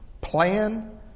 plan